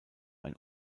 ein